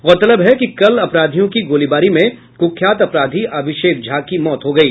गौरतलब है कि कल अपराधियों की गोलीबारी में कुख्यात अपराधी अभिषेक झा की मौत हो गयी